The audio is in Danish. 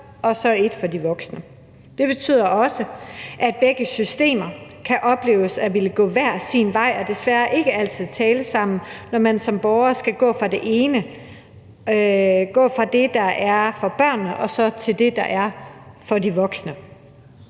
og så et for de voksne. Det betyder også, at begge systemer kan opleves at ville gå hver sin vej og desværre ikke altid tale sammen, når man som borger skal gå fra det, der gælder for børnene, til det, der gælder for de voksne.